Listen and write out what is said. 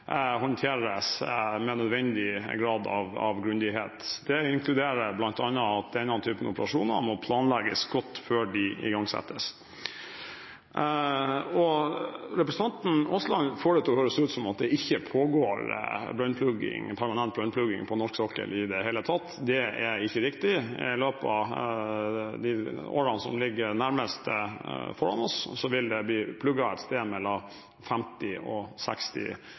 håndteres med nødvendig grad av grundighet. Det inkluderer bl.a. at denne typen operasjoner må planlegges godt før de igangsettes. Representanten Aasland får det til å høres ut som at det ikke pågår permanent brønnplugging på norsk sokkel i det hele tatt. Det er ikke riktig. I løpet av de nærmeste årene vil det bli plugget et sted mellom 50 og 60